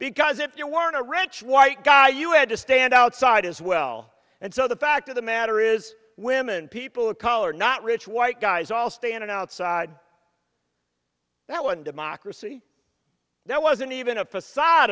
because if you weren't a rich white guy you had to stand outside as well and so the fact of the matter is women people of color not rich white guys all standing outside that one democracy that wasn't even a facade